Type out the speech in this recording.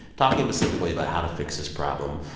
talking specifically about how to fix this problem,